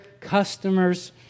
customers